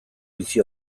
bizi